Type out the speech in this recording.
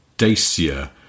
Dacia